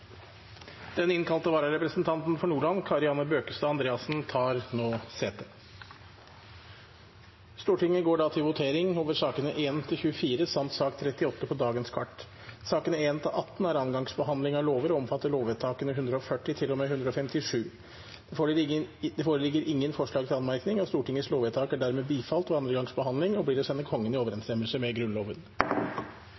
Den innkalte vararepresentanten for Nordland, Kari Anne Bøkestad Andreassen, tar nå sete. Stortinget går da til votering over sakene nr. 1–24 samt sak nr. 38 på dagens kart. Sakene nr. 1–18 er andre gangs behandling av lovsaker og gjelder lovvedtakene 140 til og med 157. Det foreligger ingen forslag til anmerkning. Stortingets lovvedtak er dermed bifalt ved andre gangs behandling og blir å sende Kongen i